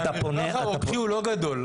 המרווח הרוקחי לא גדול.